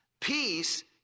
Peace